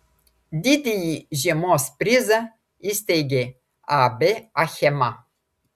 didįjį žiemos prizą įsteigė ab achema